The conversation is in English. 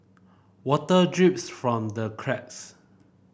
water drips from the cracks